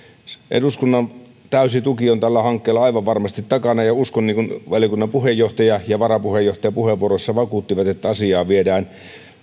eduskunnan täysi tuki on tällä hankkeella aivan varmasti takana ja uskon niin kuin valiokunnan puheenjohtaja ja varapuheenjohtaja puheenvuoroissaan vakuuttivat että asiaa viedään